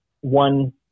one